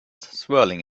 swirling